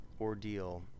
ordeal